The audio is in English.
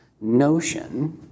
notion